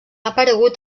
aparegut